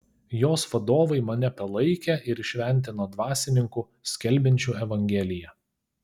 jos vadovai mane palaikė ir įšventino dvasininku skelbiančiu evangeliją